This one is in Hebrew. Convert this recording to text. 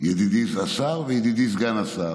ידידי זה השר, וידידי סגן השר,